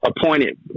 appointed